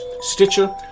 stitcher